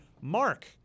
Mark